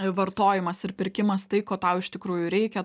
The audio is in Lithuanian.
vartojimas ir pirkimas tai ko tau iš tikrųjų reikia